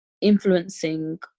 influencing